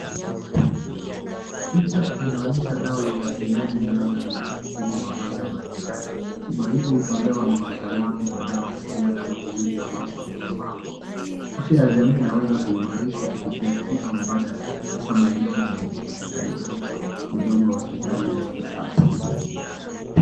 Picha inaonyesha dawa za kienyeji zinazotumika kutibu magonjwa mbali mbali. Tiba hizi hutolewa na wataalam wa dawa asilia kama ilivyoonyeshwa kwenye bango ,afya ya jamii inaweza kuimarishwa kupitia tiba mbadala hasa maeneo yenye upatikanaji mdogo wa hospitali za kisasa.